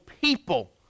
people